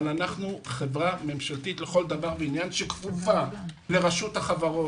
אבל אנחנו חברה ממשלתית לכל דבר ועניין שכפופה לרשות החברות.